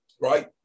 right